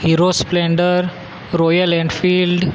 hero splendor Royal Enfield